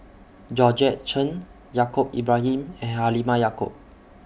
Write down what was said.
Georgette Chen Yaacob Ibrahim and Halimah Yacob